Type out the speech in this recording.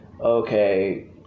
okay